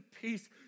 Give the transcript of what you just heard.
peace